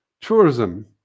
tourism